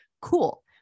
cool